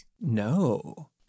No